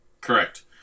Correct